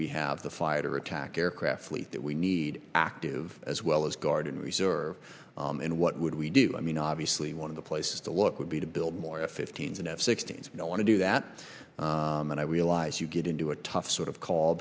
we have the fighter attack aircraft fleet that we need active as well as guard and reserve and what would we do i mean obviously one of the places to look would be to build more fifteen sixteen you don't want to do that and i realize you get into a tough sort of call